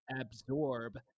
absorb